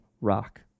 rock